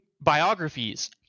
biographies